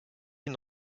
une